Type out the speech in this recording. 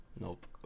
Nope